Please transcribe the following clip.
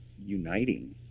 uniting